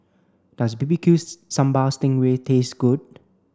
does B B Q's sambal sting ray taste good